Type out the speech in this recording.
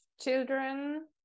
children